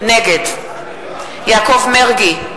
נגד יעקב מרגי,